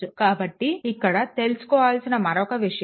కాబట్టి ఇక్కడ తెలుసుకోవాల్సిన మరొక విషయం